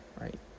right